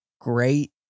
great